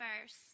first